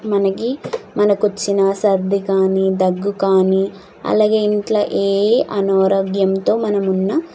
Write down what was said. మనకి మనకు వచ్చిన సర్ది కానీ దగ్గు కానీ అలాగే ఇంట్లో ఏ అనారోగ్యంతో మనం ఉన్న